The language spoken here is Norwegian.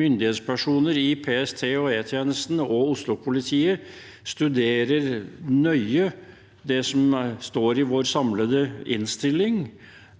myndighetspersoner i PST, E-tjenesten og Oslopolitiet nøye studerer det som står i vår samlede innstilling,